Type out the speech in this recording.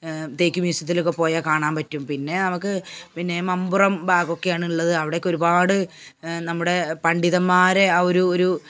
തേക്കി മ്യൂസിയത്തിലൊക്കെ പോയാൽ നമുക്ക് കാണാൻ പറ്റും പിന്നെ നമുക്ക് പിന്നെ മമ്പുറം ഭാഗമൊക്കെയാണുള്ളത് അവിടെയൊക്കെ ഒരുപാട് നമ്മുടെ പണ്ഡിതന്മാരെ ആ ഒരുരു